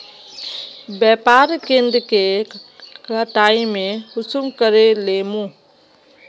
व्यापार केन्द्र के कटाई में कुंसम करे लेमु?